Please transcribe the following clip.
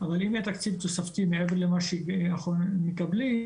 שאנחנו צריכים